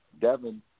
Devin